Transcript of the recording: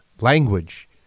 language